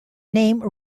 name